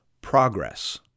progress